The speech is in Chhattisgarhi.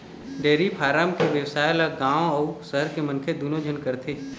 डेयरी फारम के बेवसाय ल गाँव अउ सहर के मनखे दूनो झन करथे